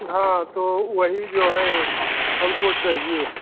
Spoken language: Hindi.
हाँ तो वही जो है हमको चाहिये